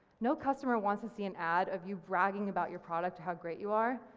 no customer wants to see an ad of you bragging about your product to how great you are,